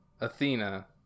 Athena